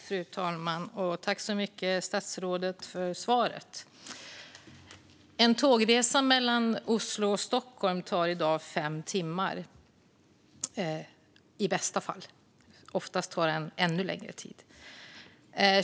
Fru talman! Jag tackar statsrådet för svaret. En tågresa mellan Oslo och Stockholm tar i dag fem timmar - i bästa fall. Oftast tar den ännu längre tid.